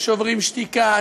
"שוברים שתיקה",